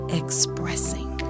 expressing